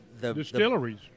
Distilleries